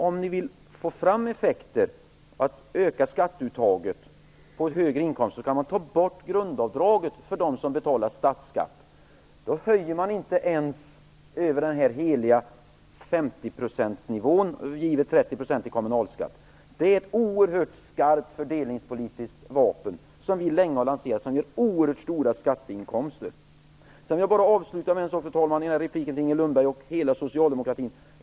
Om ni vill få fram effekter och öka skatteuttaget på högre inkomster kan ni ta bort grundavdraget för dem som betalar statsskatt. Det blir då inte ens en höjning över den heliga 50-procentsnivån, givet 30 % i kommunalskatt. Det är ett oerhört skarpt fördelningspolitiskt vapen, som vi länge har lanserat och som ger oerhört stora skatteinkomster. Jag vill, fru talman, avsluta den här repliken med en kommentar till Inger Lundberg och hela socialdemokratin.